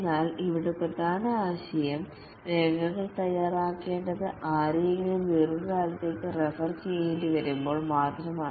എന്നാൽ ഇവിടെ പ്രധാന ആശയം രേഖകൾ തയ്യാറാക്കേണ്ടത് ആരെയെങ്കിലും ദീർഘകാലത്തേക്ക് റഫർ ചെയ്യേണ്ടിവരുമ്പോൾ മാത്രമാണ്